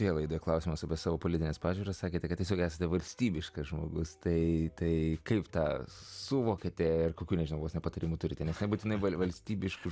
prielaida klausimas apie savo politines pažiūras sakėte kad subręsta valstybiškas žmogus tai tai kaip tą suvokėte ar kokių nežinomuose patarimų turite nes nebūtinai valstybiškas